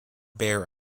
bear